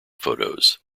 photos